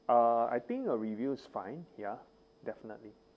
uh I think a reviews fine ya definitely